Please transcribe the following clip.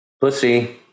pussy